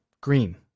green